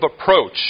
approach